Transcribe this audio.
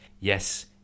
yes